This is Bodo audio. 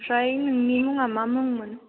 ओमफ्राय नोंनि मुङा मा मुंमोन